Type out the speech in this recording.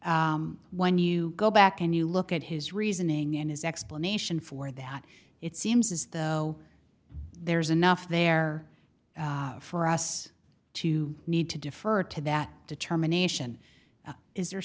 and when you go back and you look at his reasoning and his explanation for that it seems as though there's enough there for us to need to defer to that determination is there